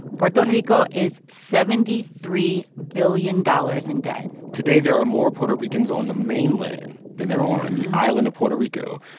puerto rico is seventy three billion dollars in debt today there are more puerto ricans on the mainland than there are on and the island of puerto rico.